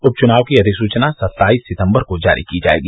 उप चुनाव की अधिसूचना सत्ताईस सितम्बर को जारी की जायेगी